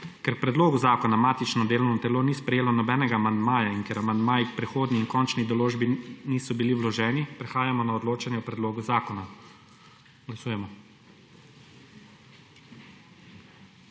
Ker k predlogu zakona matično delovno telo ni sprejelo nobenega amandma in ker amandmaji k predhodni in končni določbi niso bili vloženi prehajamo na odločanje o predlogu zakona.